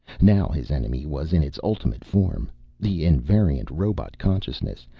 now his enemy was in its ultimate form the invariant robot consciousness,